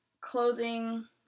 clothing